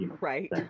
Right